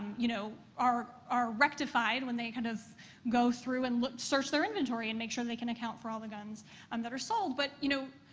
you know are are rectified when they kind of go through and look search their inventory and make sure they can account for all the guns um that are sold. but, you know,